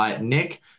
Nick